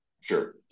Sure